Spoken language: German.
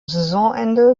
saisonende